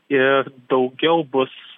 ir daugiau bus